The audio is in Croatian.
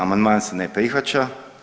Amandman se ne prihvaća.